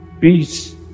peace